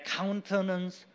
countenance